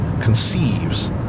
conceives